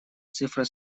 цифра